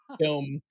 film